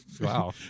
Wow